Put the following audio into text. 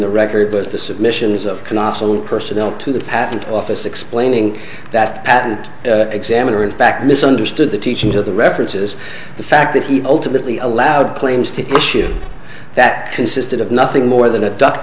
the record was the submissions of can also personnel to the patent office explaining that patent examiner in fact misunderstood the teaching to the references the fact that he ultimately allowed claims to machine that consisted of nothing more than a duck